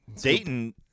Dayton